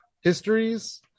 histories